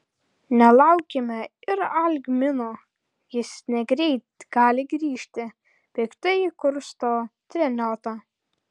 nelaukime ir algmino jis negreit gali grįžti piktai kursto treniota